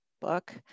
book